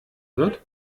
wird